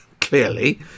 clearly